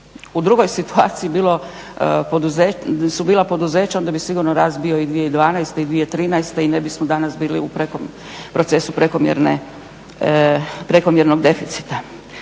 u drugoj situaciji su bila poduzeća onda bi sigurno rast bio i 2012. i 2013. i ne bismo danas bili u procesu prekomjernog deficita.